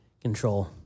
control